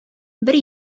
бер